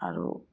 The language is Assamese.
আৰু